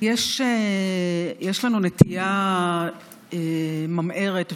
יש לנו נטייה ממארת,